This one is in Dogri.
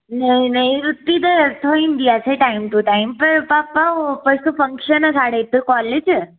नेईं नेईं रुट्टी ते थ्होई जंदी ऐ इत्थै टाइम टू टाइम पर पापा ओह् परसूं फंक्शन ऐ साढ़े इद्धर कालेज